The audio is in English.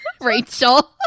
rachel